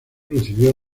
recibió